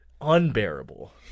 unbearable